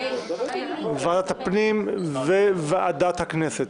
ועדת הפנים וועדת הכנסת.